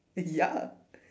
ya